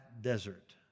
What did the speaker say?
desert